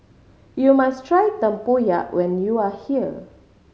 you must try tempoyak when you are here